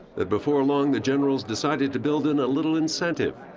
that before long the generals decided to build in a little incentive,